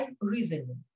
reasoning